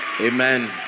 Amen